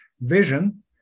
Vision